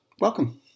welcome